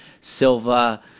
Silva